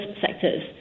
sectors